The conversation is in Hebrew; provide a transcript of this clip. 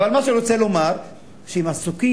אבל מה שאני רוצה לומר הוא שעם מסוקים,